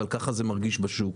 אבל ככה זה מרגיש בשוק.